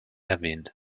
erwähnt